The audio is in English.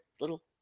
Little